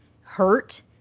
hurt